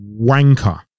wanker